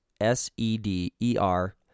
S-E-D-E-R